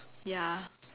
ya